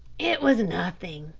it was nothing,